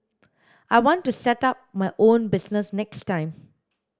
I want to set up my own business next time